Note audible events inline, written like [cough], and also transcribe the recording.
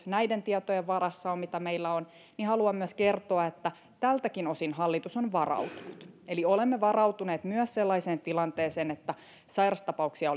näiden tietojen varassa on mitä meillä on haluan kertoa että tältäkin osin hallitus on varautunut olemme varautuneet myös sellaiseen tilanteeseen että sairastapauksia [unintelligible]